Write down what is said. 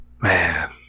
Man